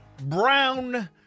brown